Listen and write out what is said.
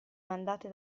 mandate